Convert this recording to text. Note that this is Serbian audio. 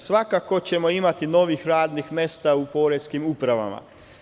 Svakako, imaćemo nova radna mesta u poreskim upravama.